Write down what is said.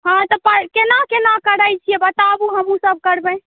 हँ केना केना करै छी बताबू हमहुँ सब करबै